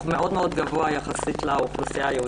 גבוה מאוד יחסית לאוכלוסייה היהודית הכללית.